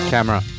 Camera